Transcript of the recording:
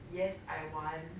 yes I want